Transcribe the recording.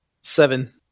seven